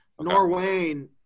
Norway